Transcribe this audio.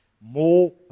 more